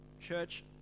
church